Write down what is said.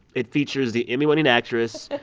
it features the emmy-winning actress.